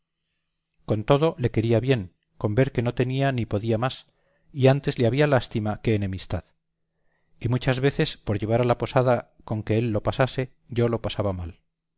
con todo le quería bien con ver que no tenía ni podía más y antes le había lástima que enemistad y muchas veces por llevar a la posada con que él lo pasase yo lo pasaba mal